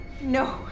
No